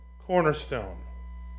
cornerstone